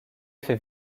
fait